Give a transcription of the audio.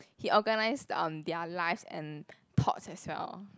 he organise um their lives and thoughts as well